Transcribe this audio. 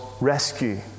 rescue